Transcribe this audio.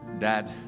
dad,